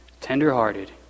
tenderhearted